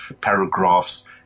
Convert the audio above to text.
paragraphs